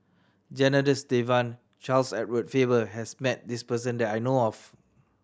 Janadas Devan and Charles Edward Faber has met this person that I know of